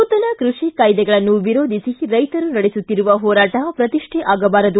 ನೂತನ ಕೃಷಿ ಕಾಯ್ಲೆಗಳನ್ನು ವಿರೋಧಿಸಿ ರೈತರು ನಡೆಸುತ್ತಿರುವ ಹೋರಾಟ ಪ್ರತಿಷ್ಠೆ ಆಗಬಾರದು